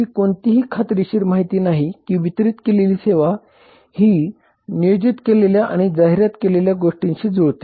अशी कोणतीही खात्रीशीर माहिती नाही की वितरित केलेली सेवा ही नियोजित केलेल्या आणि जाहिरात केलेल्या गोष्टीशी जुळते